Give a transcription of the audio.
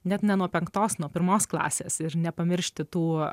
net ne nuo penktos nuo pirmos klasės ir nepamiršti tų